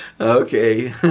Okay